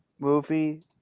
movie